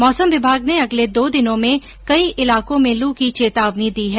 मैसम विभाग ने अगले दो दिनों में कई इलाकों में लू की चेतावनी दी है